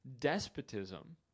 despotism